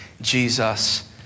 Jesus